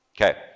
Okay